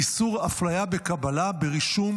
איסור אפליה בקבלה, ברישום